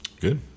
good